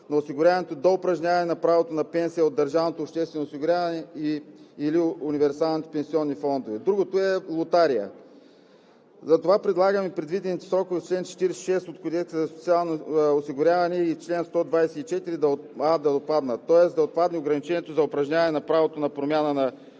за осигуряването до упражняване на правото на пенсия от държавното обществено осигуряване или универсалните пенсионни фондове. Другото е лотария. Затова предлагаме предвидените срокове в чл. 46 от Кодекса за социално осигуряване и чл. 124а да отпаднат, тоест да отпадне ограничението за упражняване на правото на промяна на